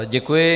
Děkuji.